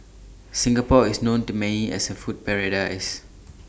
Singapore is known to may as A food paradise